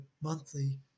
monthly